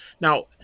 Now